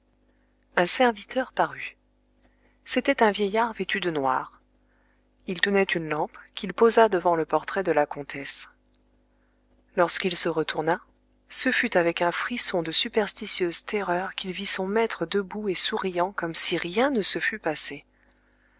un serviteur parut c'était un vieillard vêtu de noir il tenait une lampe qu'il posa devant le portrait de la comtesse lorsqu'il se retourna ce fut avec un frisson de superstitieuse terreur qu'il vit son maître debout et souriant comme si rien ne se fût passé